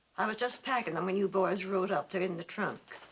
i was just packing them when you boys rode up. they're in the trunk.